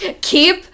Keep